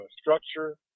structure